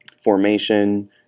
Formation